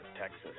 Texas